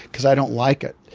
because i don't like it.